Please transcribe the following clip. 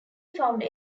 found